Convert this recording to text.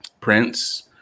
Prince